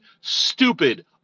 stupid